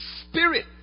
Spirit